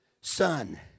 son